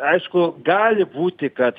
aišku gali būti kad